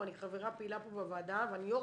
ואני חברה פעילה פה בוועדה ואני יו"ר